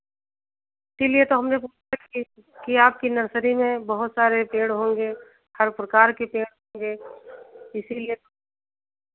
इसीलिए तो हमलोग सोचे कि आपकी नर्सरी में बहुत सारे पेड़ होंगे हर प्रकार के पेड़ होंगे इसीलिए